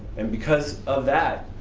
and because of that,